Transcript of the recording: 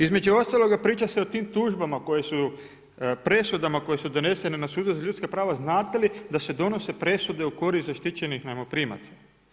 Između ostaloga priča se o tim tužbama koje su, presudama koje su donesene na sudu za ljudska prava, znate li da se donose presude u korist zaštićenih najmoprimaca.